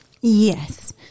yes